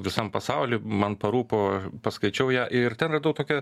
visam pasauly man parūpo paskaičiau ją ir ten radau tokią